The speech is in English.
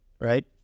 right